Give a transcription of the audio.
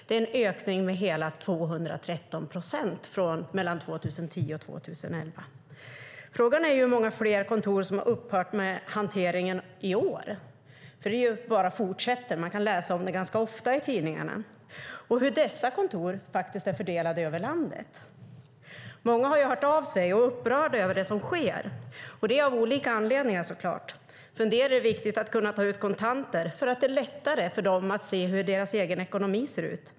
Det är en ökning med 213 procent mellan 2010 och 2011. Frågan är hur många fler kontor som har upphört med hanteringen i år - för det bara fortsätter, man kan läsa om det ganska ofta i tidningarna - och hur dessa kontor är fördelade över landet. Många har hört av sig och är upprörda över det som sker, och det är av olika anledningar, såklart. För en del är det viktigt att kunna ta ut kontanter för att det blir lättare för dem att se hur deras egen ekonomi ser ut.